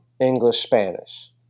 English-Spanish